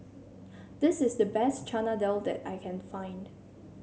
this is the best Chana Dal that I can find